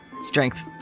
Strength